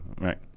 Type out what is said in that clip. Right